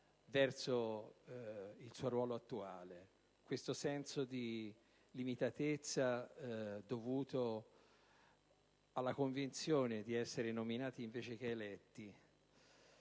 verso il suo ruolo attuale, questo senso di limitatezza dovuto alla convinzione di essere nominati invece che eletti.